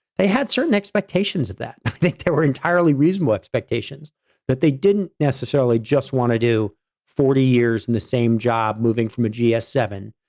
they had certain expectations of that they they were entirely reasonable expectations that they didn't necessarily just want to do forty years in the same job moving from a g s seven,